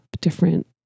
different